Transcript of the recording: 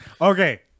Okay